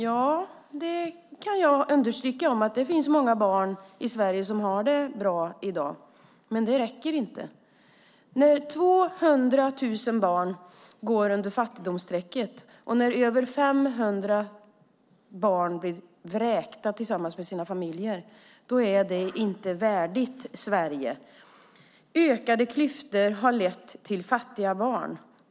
Jag kan hålla med om att det finns många barn i Sverige som har det bra i dag, men det räcker inte. Att 200 000 barn lever under fattigdomsstrecket och att över 500 barn blir vräkta tillsammans med sina familjer är inte värdigt Sverige. Ökade klyftor har lett till fattiga barn.